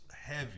heavy